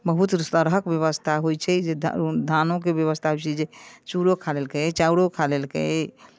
बहुत तरहक व्यवस्था होइत छै जे धानोके व्यवस्था होइत छै जे चूड़ो खा लेलकै चाउरो खा लेलकै